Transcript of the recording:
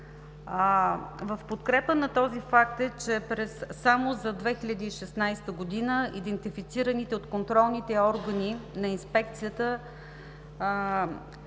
В подкрепа на този факт е, че само за 2016 г. идентифицираните от контролните органи на Инспекцията